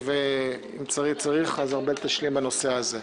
ואם צריך אז ארבל אסטרחן תשלים בנושא הזה.